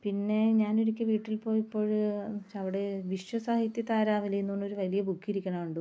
പിന്നെ ഞാന് ഒരിക്കൽ വീട്ടില് പോയപ്പോൾ വെച്ചാൽ അവിടെ വിശ്വസാഹിത്യ താരാവലി എന്നുള്ളോരു വലിയ ബുക്ക് ഇരിക്കുന്നത് കണ്ടു